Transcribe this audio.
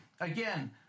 again